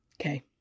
Okay